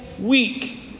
Week